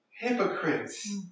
hypocrites